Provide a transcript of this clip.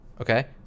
okay